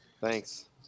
Thanks